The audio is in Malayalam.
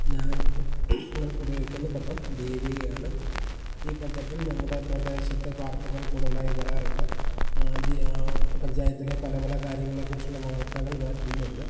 ഞങ്ങൾ ഞങ്ങൾ ഉപയോഗിക്കുന്ന പത്രം ദീപികയാണ് ഈ പത്രത്തിൽ ഞങ്ങളുടെ പ്രദേശത്തെ വാർത്തകൾ കൂടുതലായി വരാറുണ്ട് ജീ പഞ്ചായത്തിലെ പല പല കാര്യങ്ങളെക്കുറിച്ചുള്ള വാർത്തകൾ വുരുന്നുണ്ട്